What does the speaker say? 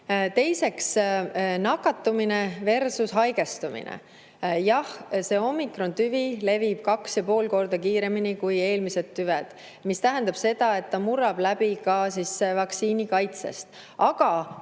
Teiseks, nakatumineversushaigestumine. Jah, see omikrontüvi levib 2,5 korda kiiremini kui eelmised tüved. See tähendab seda, et ta murrab läbi ka vaktsiinikaitsest. Aga